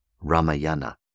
Ramayana